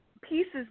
pieces